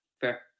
Fair